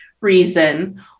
reason